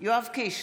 יואב קיש,